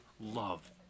love